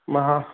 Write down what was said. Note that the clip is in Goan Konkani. मा हा